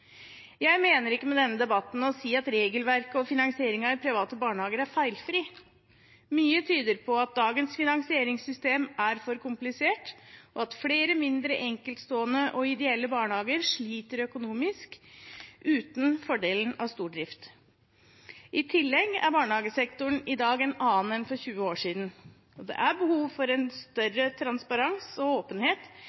Jeg mener ikke med denne debatten å si at regelverket og finansieringen av private barnehager er feilfri. Mye tyder på at dagens finansieringssystem er for komplisert, og at flere mindre enkeltstående og ideelle barnehager sliter økonomisk uten fordelen av stordrift. I tillegg er barnehagesektoren i dag en annen enn for 20 år siden. Det er behov for større transparens og åpenhet, noe som er en